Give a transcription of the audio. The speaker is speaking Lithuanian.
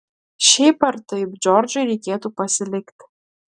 šiaip ar taip džordžui reikėtų pasilikti